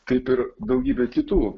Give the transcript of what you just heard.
kaip ir daugybė kitų